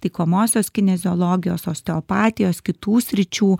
taikomosios kineziologijos osteopatijos kitų sričių